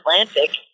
Atlantic